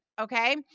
Okay